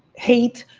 hate,